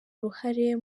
uruhare